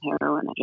heroin